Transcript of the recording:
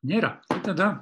nėra tada